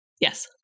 Yes